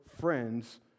friends